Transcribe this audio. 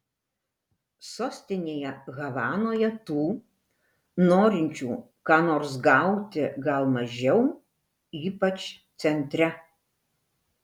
sostinėje havanoje tų norinčių ką nors gauti gal mažiau ypač centre